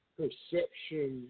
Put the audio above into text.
perception